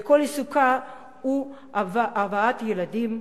וכל עיסוקה הוא הבאת ילדים.